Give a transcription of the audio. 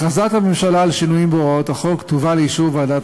הכרזת הממשלה על שינויים בהוראות החוק תובא לאישור ועדת